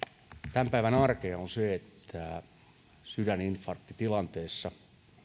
tämän päivän arkea on se että sydäninfarktitilanteessa